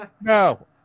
no